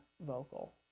vocal